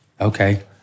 Okay